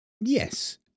Yes